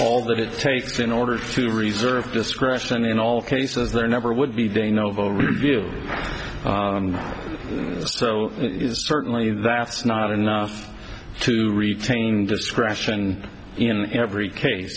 all that it takes in order to reserve discretion in all cases there never would be de novo review certainly that's not enough to retain discretion in every case